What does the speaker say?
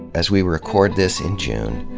as we record this in june,